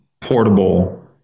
portable